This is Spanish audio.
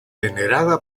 venerada